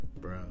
Bro